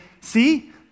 see